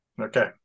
Okay